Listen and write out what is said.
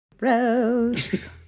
Rose